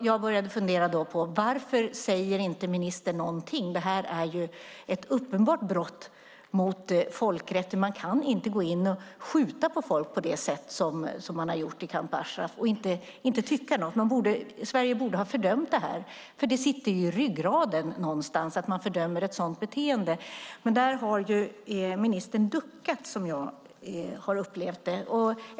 Jag började fundera på varför ministern inte säger något. Det var ju ett uppenbart brott mot folkrätten. Man kan inte gå in och skjuta på folk på det sätt som man har gjort i Camp Ashraf. Sverige borde ha fördömt det här. Det sitter ju i ryggraden att man fördömer ett sådant beteende. Där har ministern duckat, som jag har upplevt det.